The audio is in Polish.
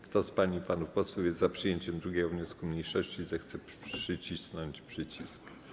Kto z pań i panów posłów jest za przyjęciem 2. wniosku mniejszości, zechce nacisnąć przycisk.